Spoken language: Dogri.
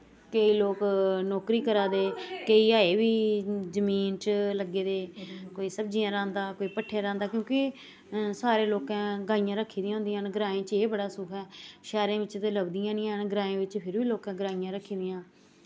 केईं लोक नौकरी करा दे केईं अज्जें बी जमीन च लग्गे दे कोई सब्जियां राह्ंदा कोई भट्ठे राह्ंदा क्योंकि सारे लोकें गाहियां रक्खी दियां होंदियां न ग्राएं च एह् बड़ा सुक्ख ऐ शैह्रें बिच्च ते लब्दियां निं हैन ग्राएं बिच्च फिर बी लोकें गाहियां रक्खी दियां